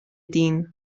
دین